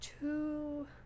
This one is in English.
two